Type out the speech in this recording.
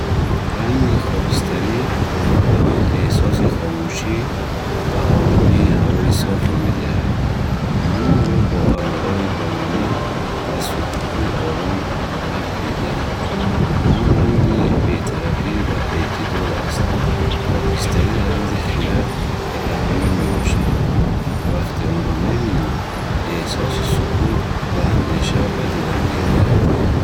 Ранги хокистарӣ ба ман эҳсоси хомӯшӣ ва оромии ҳавои софро медиҳад. Ман онро бо абрҳои боронӣ ва субҳҳои ором рабт медиҳам. Он ранги бетарафӣ ва эътидол аст. Хокистарӣ рамзи хирад ва таҳаммул мебошад. Вақте онро мебинам, эҳсоси сукут ва андеша ба дилам меояд